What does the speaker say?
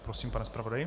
Prosím, pane zpravodaji.